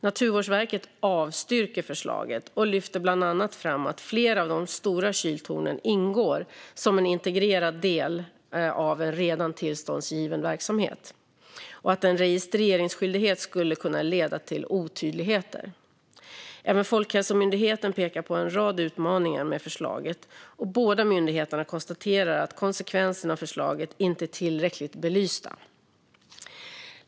Naturvårdsverket avstyrker förslaget och lyfter bland annat fram att flera av de stora kyltornen ingår som en integrerad del av redan tillståndsgiven verksamhet och att en registreringsskyldighet skulle kunna leda till otydligheter. Även Folkhälsomyndigheten pekar på en rad utmaningar med förslaget, och båda myndigheterna konstaterar att konsekvenserna av förslaget inte är tillräckligt belysta.